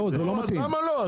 נו, אז למה לא?